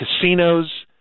Casinos